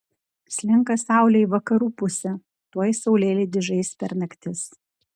saulė slenka į vakarų pusę tuoj saulėlydis žais per naktis